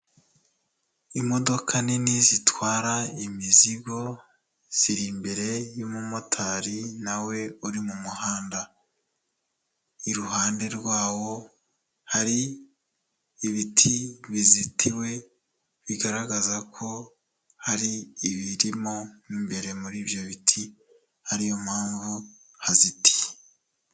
Imodoka nini zitwara imizigo, ziri imbere y'umumotari nawe uri mu muhanda. Iruhande rwawo, hari ibiti bizitiwe, bigaragaza ko hari ibirimo imbere muri ibyo biti ariyo mpamvu hazitiye.